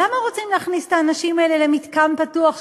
למה רוצים להכניס את האנשים האלה למתקן פתוח,